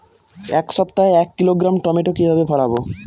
এক সপ্তাহে এক কিলোগ্রাম টমেটো কিভাবে ফলাবো?